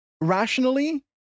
rationally